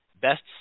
Best